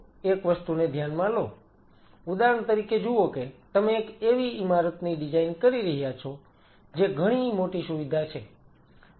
તો એક વસ્તુને ધ્યાનમાં લો ઉદાહરણ તરીકે જુઓ કે તમે એક એવી ઈમારતની ડિઝાઈન કરી રહ્યા છો જે ઘણી મોટી સુવિધા છે